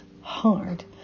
hard